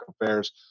affairs